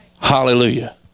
Hallelujah